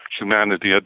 humanity